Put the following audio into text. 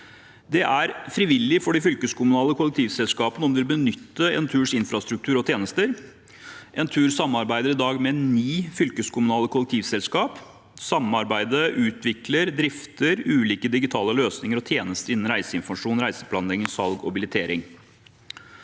Det er frivillig for de fylkeskommunale kollektivselskapene om de vil benytte Enturs infrastruktur og tjenester. Entur samarbeider i dag med ni fylkeskommunale kollektivselskaper. Samarbeidet utvikler og drifter ulike digitale løsninger og tjenester innen reiseinformasjon, reiseplanlegging, salg og billettering.